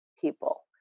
people